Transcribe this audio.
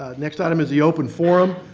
ah next item is the open forum.